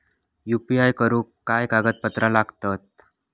UPI करुक काय कागदपत्रा लागतत?